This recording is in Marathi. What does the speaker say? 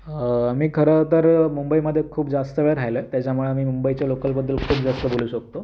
मी खरं तर मुंबईमध्ये खूप जास्त वेळ राहिलाय त्याच्यामुळं मी मुंबईच्या लोकलबद्दल खूप जास्त बोलू शकतो